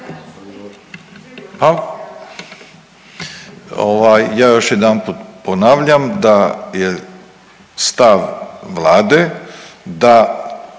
ja još jedanput ponavljam da je stav Vlade da